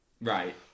right